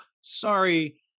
Sorry